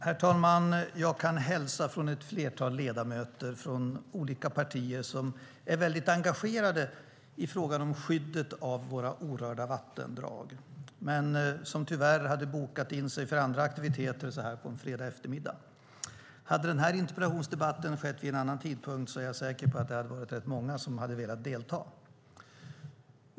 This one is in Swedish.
Herr talman! Jag kan hälsa från ett flertal ledamöter från olika partier som är väldigt engagerade i frågan om skyddet av våra orörda vattendrag men som tyvärr hade bokat in sig för andra aktiviteter så här en fredag eftermiddag. Hade den här interpellationsdebatten skett vid en annan tidpunkt är jag säker på att rätt många hade velat delta.